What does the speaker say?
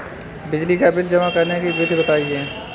बिजली का बिल जमा करने की विधि बताइए?